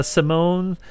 Simone